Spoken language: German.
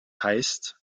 heißt